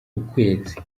ukwezi